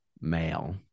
male